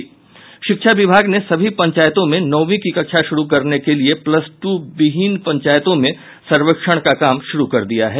शिक्षा विभाग ने सभी पंचायतों में नौवीं की कक्षा शुरू करने के लिये प्लस टू विहिन पंचायतों में सर्वेक्षण का काम शुरू कर दिया है